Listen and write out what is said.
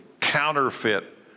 counterfeit